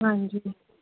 ਹਾਂਜੀ